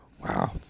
Wow